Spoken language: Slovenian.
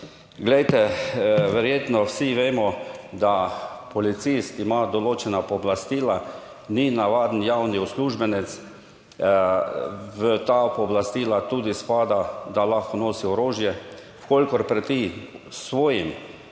Glejte, verjetno vsi vemo, da policist ima določena pooblastila, ni navaden javni uslužbenec. V ta pooblastila tudi spada, da lahko nosi orožje v kolikor preti svojim,